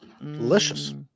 Delicious